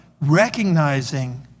recognizing